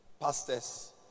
pastors